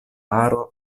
aro